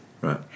Right